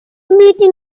meeting